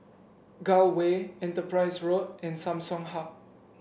Gul Way Enterprise Road and Samsung Hub